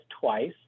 twice